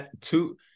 two